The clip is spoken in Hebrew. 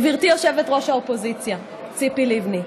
גברתי יושבת-ראש האופוזיציה ציפי לבני,